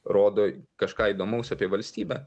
rodo kažką įdomaus apie valstybę